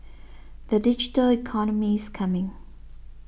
the digital economy is coming